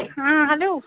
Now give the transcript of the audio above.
ہاں ہٮ۪لو